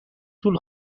طول